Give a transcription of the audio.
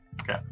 Okay